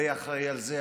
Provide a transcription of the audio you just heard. זה אחראי לזה,